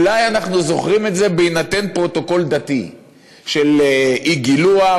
אולי אנחנו זוכרים את זה בהינתן פרוטוקול דתי של אי-גילוח,